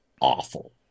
awful